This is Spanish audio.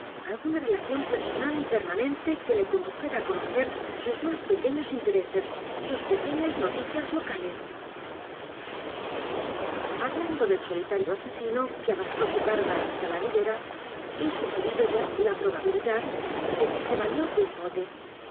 alguna relación personal y permanente que le condujera á conocer sus más pequeños intereses sus pequeñas noticias locales hablando del solitario asesino que a r r a s t r ó su c a r g a hasta la ribera he sugerido ya la probabilidad de que se valió de un bote